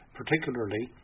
particularly